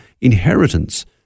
inheritance